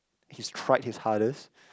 he's tried his hardest